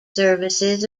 services